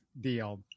deal